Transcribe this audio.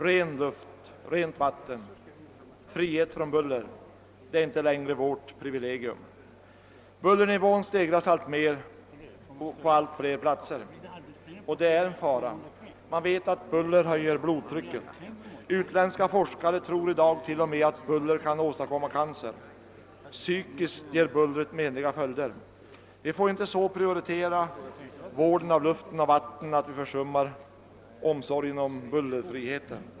Ren luft, rent vatten, frihet från buller — det är inte längre vårt privilegium. Bullernivån stegras alltmer och på allt fler platser. Det är en fara. Man vet att buller höjer blodtrycket. Utländska forskare tror i dag t.o.m. att buller kan åstadkomma cancer. Psykiskt ger bullret menliga följder. Vi får inte så prioritera vården av luften och vattnet att vi försummar omsorgen om bullerfrihet.